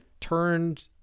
turned